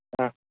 ಹಾಂ